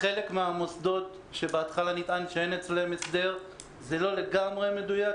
חלק מהמוסדות שבהתחלה נטען שאין אצלם הסדר זה לא לגמרי מדויק,